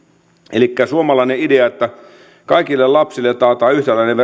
elikkä suomalainen idea että kaikille lapsille taataan